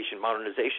modernization